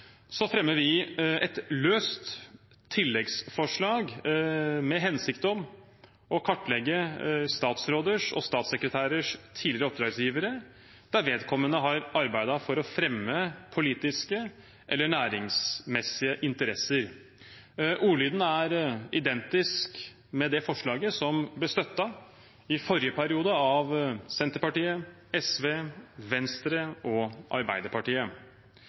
fremmer vi et løst tilleggsforslag med hensikt om å kartlegge statsråders og statssekretærers tidligere oppdragsgivere der vedkommende har arbeidet for å fremme politiske eller næringsmessige interesser. Ordlyden er nesten identisk med det forslaget som i forrige periode ble støttet av Senterpartiet, SV, Venstre og Arbeiderpartiet.